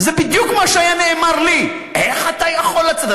זה בדיוק מה שהיה נאמר לי: איך אתה יכול לצאת?